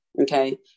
Okay